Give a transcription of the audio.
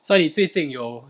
so 你最近有